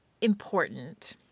important